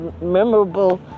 memorable